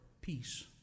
peace